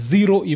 Zero